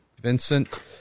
Vincent